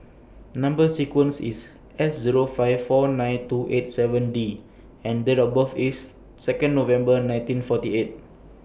Number sequence IS S Zero five four nine two eight seven D and Date of birth IS Second November nineteen forty eight